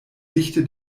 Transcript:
dichte